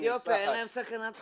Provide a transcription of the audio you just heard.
כי באתיופיה אין להם סכנת חיים.